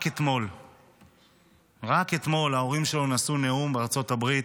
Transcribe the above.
רק אתמול ההורים שלו נשאו נאום בארצות הברית,